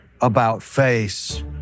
about-face